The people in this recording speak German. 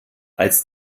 als